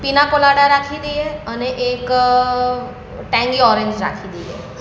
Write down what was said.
પીના colada રાખી દઈએ અને એક ટેંગી ઓરેન્જ રાખી દઈએ